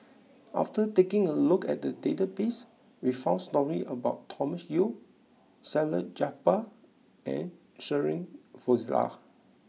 after taking a look at the database we found stories about Thomas Yeo Salleh Japar and Shirin Fozdar